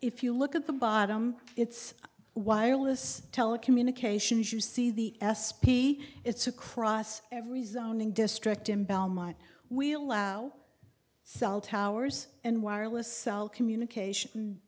if you look at the bottom it's wireless telecommunications you see the s p it's across every zoning district in belmont we allow cell towers and wireless cell communication